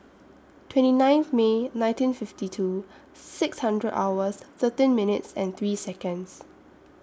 twenty nine May nineteen fifty two six hundred hours thirteen minutes and three Seconds